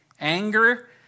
anger